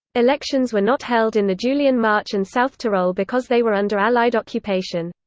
elections were not held in the julian march and south tyrol because they were under allied occupation.